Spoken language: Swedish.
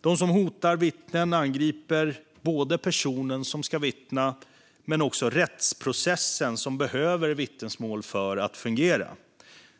De som hotar vittnen angriper både personen som ska vittna och rättsprocessen som behöver vittnesmål för att fungera.